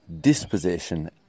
dispossession